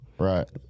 Right